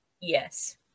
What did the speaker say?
Yes